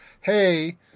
hey